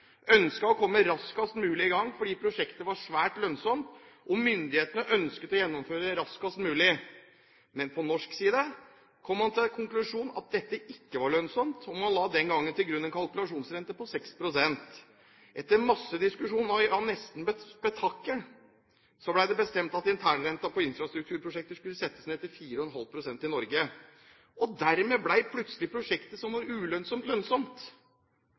å komme raskest mulig i gang, fordi prosjektet var svært lønnsomt og myndighetene ønsket å gjennomføre det raskest mulig. Men på norsk side kom man til den konklusjonen at dette ikke var lønnsomt, og man la den gangen til grunn en kalkulasjonsrente på 6 pst. Etter masse diskusjoner, ja, nesten spetakkel, ble det bestemt at internrenten på infrastrukturprosjekter skulle settes ned til 4,5 pst. i Norge. Dermed ble plutselig prosjektet som var ulønnsomt, lønnsomt.